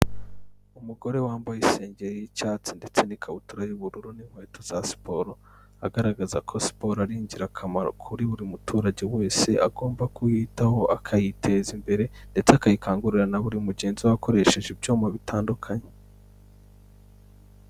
Umugore wambaye isengeri y'icyatsi ndetse n'ikabutura y'ubururu n'inkweto za siporo, agaragaza ko siporo ari ingirakamaro kuri buri muturage wese agomba kuyitaho, akayiteza imbere ndetse akayikangurira na buri mugenzi we akoresheje ibyuma bitandukanye.